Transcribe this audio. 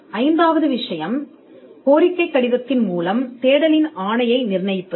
ஐந்தாவது விஷயம் கோரிக்கைக் கடிதத்தின் மூலம் தேடலின் ஆணையை நிர்ணயிப்பது